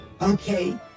Okay